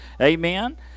Amen